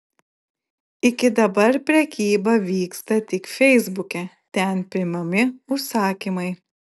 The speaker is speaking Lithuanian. iki dabar prekyba vyksta tik feisbuke ten priimami užsakymai